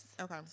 Okay